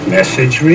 Message